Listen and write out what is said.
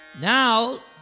now